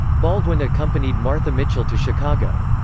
baldwin accompanied martha mitchell to chicago.